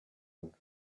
and